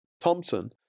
Thompson